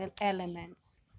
elements